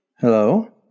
Hello